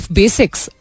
basics